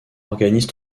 organise